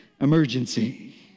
emergency